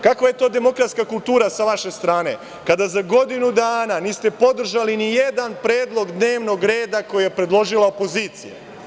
Kakva je to demokratska kultura sa vaše strane, kada za godinu dana niste podržali nijedan predlog dnevnog reda koji je predložila opozicija.